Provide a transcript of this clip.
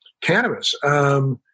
cannabis